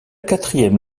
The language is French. quatrième